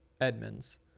edmonds